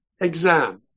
exam